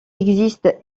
existe